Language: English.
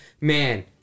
Man